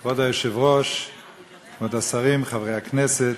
כבוד השרים, חברי הכנסת,